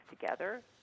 together